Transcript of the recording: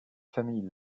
famille